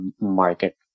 market